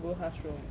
google classroom